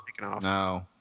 no